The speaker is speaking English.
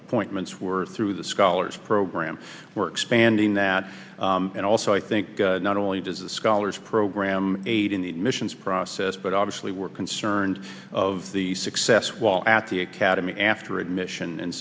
appointments were through the scholars program we're expanding that and also i think not only does the scholars program aid in the missions process but obviously we're concerned of the success while at the academy after admission and